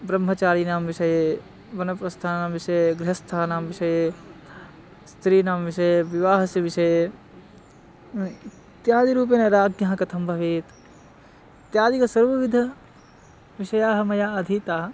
ब्रह्मचारिणां विषये वानप्रस्थानां विषये गृहस्थानां विषये स्त्रीणां विषये विवाहस्य विषये इत्यादिरूपेण राज्ञः कथं भवेत् इत्यादिकं सर्वविधविषयाः मया अधीताः